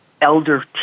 elder